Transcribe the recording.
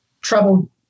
trouble